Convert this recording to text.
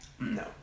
No